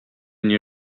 nie